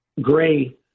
gray